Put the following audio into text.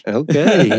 okay